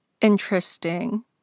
interesting